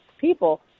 people